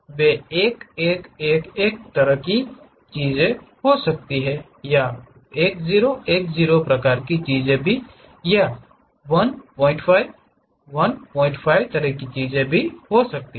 वे 1 1 1 1 तरह की चीज हो सकते हैं या 1 0 1 0 प्रकार की चीज 1 05 01 उस तरह की चीज हो सकती है